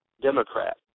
Democrat